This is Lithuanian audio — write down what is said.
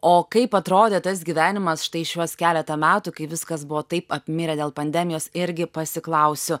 o kaip atrodė tas gyvenimas štai šiuos keleta metų kai viskas buvo taip apmirę dėl pandemijos irgi pasiklausiu